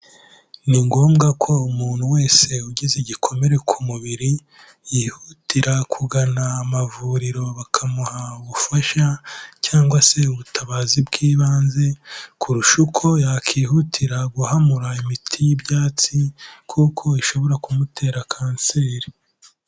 Ni ngombwa ko umuntu wese ugize igikomere ku mubiri, yihutira kugana amavuriro bakamuha ubufasha cyangwa se ubutabazi bw'ibanze, kurusha uko yakihutira guhamura imiti y'ibyatsi, kuko ishobora kumutera kanseri.